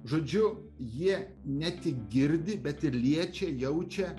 žodžiu jie ne tik girdi bet ir liečia jaučia